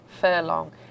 furlong